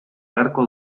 beharko